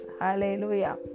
Hallelujah